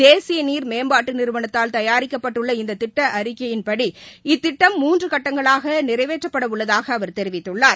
தேசியநீர் மேம்பாட்டுநிறுவனத்தால் தயாரிக்கப்பட்டுள்ள இந்ததிட்டஅறிக்கையின்படி இத்திட்டம் மூன்றுகட்டங்களாகநிறைவேற்றப்படஉள்ளதாகஅவர் தெரிவித்துள்ளார்